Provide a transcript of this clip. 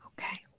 Okay